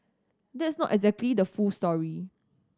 that's not exactly the full story